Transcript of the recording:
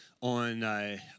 on